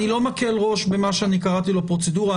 אני לא מקל ראש במה שאני קראתי לו פרוצדורה.